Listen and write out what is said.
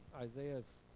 Isaiah's